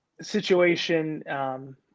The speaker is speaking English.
situation